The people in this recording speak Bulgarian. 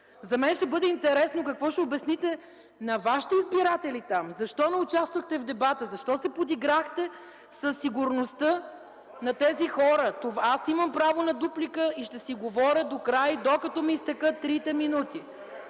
за мен ще бъде интересно какво ще обясните на вашите избиратели там – защо не участвахте в дебата, защо се подиграхте със сигурността на тези хора. (Реплики от КБ.) Аз имам право на дуплика и ще си говоря докрай, докато ми изтекат трите минути.